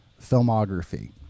filmography—